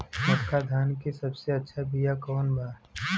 मोटका धान के सबसे अच्छा बिया कवन बा?